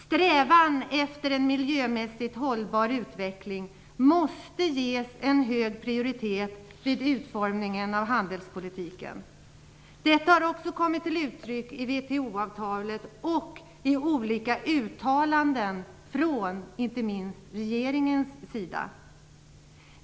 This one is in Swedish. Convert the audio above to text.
Strävan efter en miljömässigt hållbar utveckling måste ges en hög prioritet vid utformningen av handelspolitiken. Detta har också kommit till uttryck i WTO-avtalet och i olika uttalanden, inte minst från regeringen.